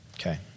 Okay